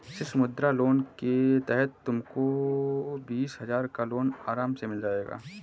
शिशु मुद्रा लोन के तहत तुमको बीस हजार का लोन आराम से मिल जाएगा